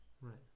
Right